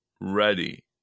ready